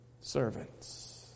servants